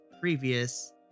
previous